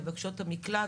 מבקשות המקלט,